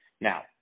Now